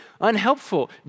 unhelpful